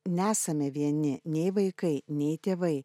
nesame vieni nei vaikai nei tėvai